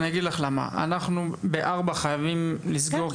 אנחנו ב-16:00 חייבים לסגור,